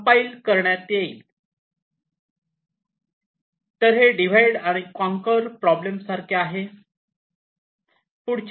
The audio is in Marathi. तर हे डिवाइड आणि कॉनकर प्रॉब्लेम सारखे आहे